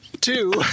Two